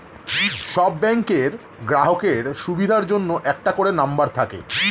সব ব্যাংকের গ্রাহকের সুবিধার জন্য একটা করে নম্বর থাকে